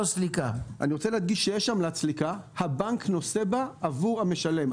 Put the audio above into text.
אני רוצה להדגיש שיש עמלת סליקה והבנק נושא בה עבור המשלם.